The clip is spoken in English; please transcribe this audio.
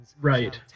Right